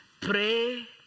pray